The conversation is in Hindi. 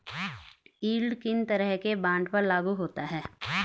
यील्ड किन तरह के बॉन्ड पर लागू होता है?